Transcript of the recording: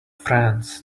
friends